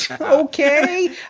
Okay